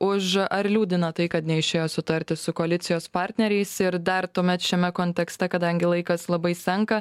už ar liūdina tai kad neišėjo sutarti su koalicijos partneriais ir dar tuomet šiame kontekste kadangi laikas labai senka